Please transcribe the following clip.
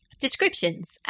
descriptions